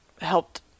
helped